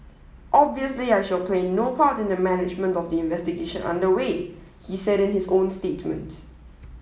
obviously I shall play no part in the management of the investigation under way he said in his own statement